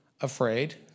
afraid